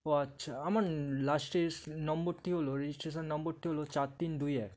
ও আচ্ছা আমার লাস্টের নম্বরটি হলো রেজিস্ট্রেশন নম্বরটি হলো চার তিন দুই এক